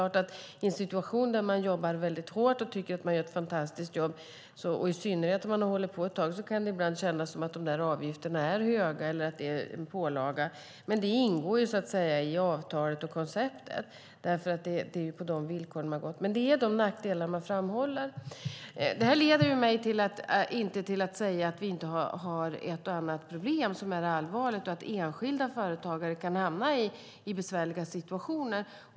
I en situation där man jobbar hårt och tycker att man gör ett fantastiskt jobb, i synnerhet om man har hållit på ett tag, kan det ibland kännas som om de avgifterna är höga eller att det är en pålaga. Men det ingår så att säga i avtalet och konceptet - det är de villkor man har gått med på. Det är de nackdelar man framhåller. Det leder mig inte till att säga att vi inte har ett och annat problem som är allvarligt och att enskilda företagare kan hamna i besvärliga situationer.